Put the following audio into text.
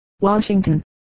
Washington